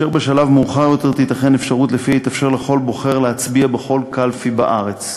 ובשלב מאוחר יותר ייתכן שיתאפשר לכל בוחר להצביע בכל קלפי בארץ.